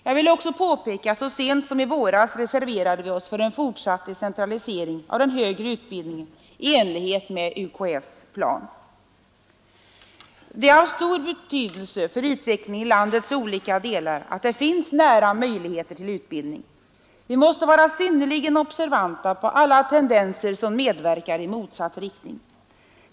Jag vill också påpeka att vi så sent som i våras reserverade oss för en fortsatt decentralisering av den högre utbildningen i enlighet med UKÄ:s plan. Det är av stor betydelse för utvecklingen i landets olika delar att det finns nära möjligheter till utbildning. Vi måste vara synnerligen observanta på alla tendenser som verkar i motsatt riktning.